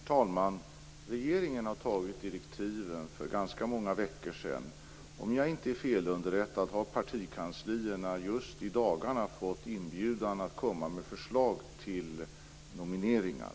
Herr talman! Regeringen har fattat beslut om direktiven för ganska många veckor sedan. Om jag inte är felunderrättad har partikanslierna just i dagarna fått inbjudan att komma med förslag till nomineringar.